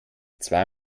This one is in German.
zwei